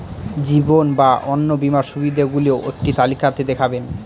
জীবন বা অন্ন বীমার সুবিধে গুলো একটি তালিকা তে দেখাবেন?